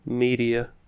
Media